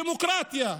"דמוקרטיה",